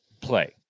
play